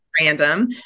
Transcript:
random